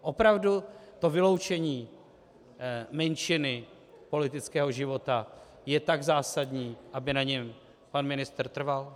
Opravdu to vyloučení menšiny politického života je tak zásadní, aby na něm pan ministr trval?